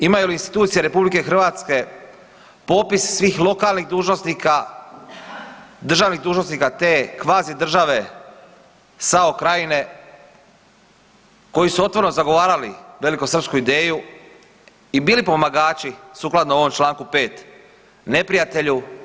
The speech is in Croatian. Imaju li institucije RH popis svih lokalnih dužnosnika, državnih dužnosnika te kvazi države SAO krajine koji su otvoreno zagovarali velikosrpsku ideju i bili pomagači sukladno ovom Članku 5. neprijatelju?